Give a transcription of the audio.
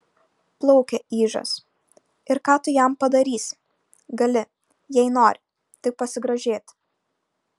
plaukia ižas ir ką tu jam padarysi gali jei nori tik pasigrožėti